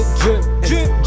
drip